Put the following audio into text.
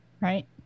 right